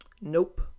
Nope